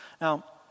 Now